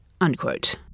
unquote